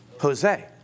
Jose